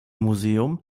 museum